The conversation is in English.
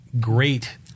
great